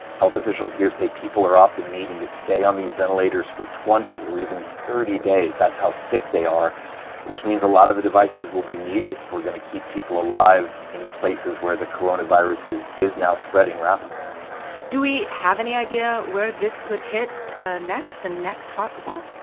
health officials here say people are often needing to stay on these ventilators for twenty or even thirty days that's how sick they are which means a lot of the devices will be needed if we're going to keep people alive in places where the coronavirus is is now spreading rapidly do we have any idea where this could hit ah next, the next hot spot?